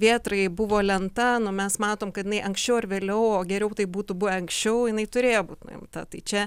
vėtrai buvo lenta mes matom kad jinai anksčiau ar vėliau o geriau būtų buvę anksčiau jinai turėjo būt nuimta tai čia